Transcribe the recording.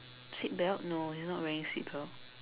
seatbelt no he's not wearing seatbelt